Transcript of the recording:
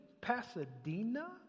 Pasadena